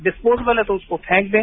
disposable है तो उसको फेंक दें